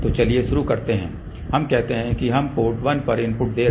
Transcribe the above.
तो चलिए शुरू करते हैं हम कहते हैं कि हम पोर्ट 1 पर इनपुट दे रहे हैं